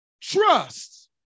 trust